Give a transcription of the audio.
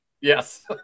Yes